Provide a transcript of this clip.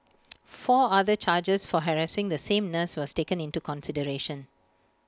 four other charges for harassing the same nurse was taken into consideration